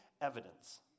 evidence